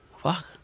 Fuck